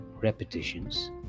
repetitions